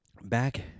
back